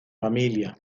familia